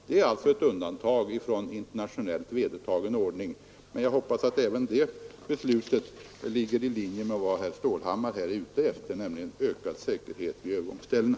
Det är alltså ett undantag från internationellt vedertagen ordning, men jag hoppas att även detta beslut ligger i linje med vad herr Stålhammar är ute efter, nämligen ökad säkerhet vid övergångsställena.